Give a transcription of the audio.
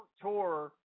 tour